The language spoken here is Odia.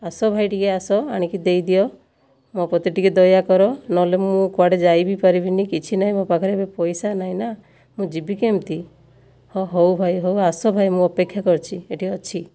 ଆସ ଭାଇ ଟିକିଏ ଆସ ଆଣିକି ଦେଇଦିଅ ମୋ' ପ୍ରତି ଟିକିଏ ଦୟାକର ନହେଲେ ମୁଁ କୁଆଡ଼େ ଯାଇ ବି ପାରିବିନାହିଁ କିଛି ନାହିଁ ମୋ' ପାଖରେ ଏବେ ପଇସା ନାହିଁ ନା ମୁଁ ଯିବି କେମିତି ହଁ ହେଉ ଭାଇ ହେଉ ଆସ ଭାଇ ମୁଁ ଅପେକ୍ଷା କରିଛି ଏଠି ଅଛି